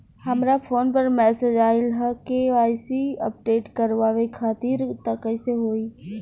हमरा फोन पर मैसेज आइलह के.वाइ.सी अपडेट करवावे खातिर त कइसे होई?